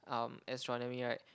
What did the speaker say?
um astronomy right